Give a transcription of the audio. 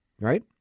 Right